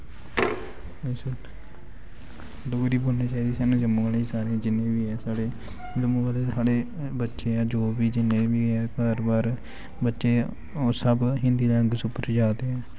अच्छा डोगरी बोलनी चाहिदी सानूं जम्मू आहलें गी सारें गी जिन्ने बी हैन साढ़े जम्मू आह्ले साढ़े बच्चे ऐ जो बी ऐ जिन्ने बी ऐ घर बाह्र बच्चे ओह् सब हिन्दी जां इंग्लिश उप्पर जा दे ऐ